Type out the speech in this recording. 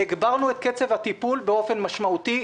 הגברנו את קצב הטיפול באופן משמעותי,